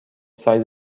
سایز